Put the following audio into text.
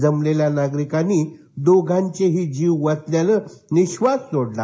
जमलेल्या नागरिकांनी दोघांचेही जीव वाचल्यानं निधास सोडला